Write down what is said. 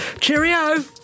Cheerio